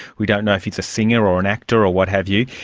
we don't know if he's a singer or an actor or what have you.